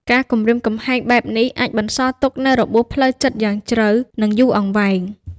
ការគំរាមកំហែងបែបនេះអាចបន្សល់ទុកនូវរបួសផ្លូវចិត្តយ៉ាងជ្រៅ និងយូរអង្វែង។